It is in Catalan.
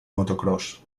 motocròs